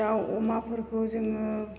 दाउ अमाफोरखौ जोङो